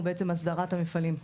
הוא בעצם הסדרת המפעלים,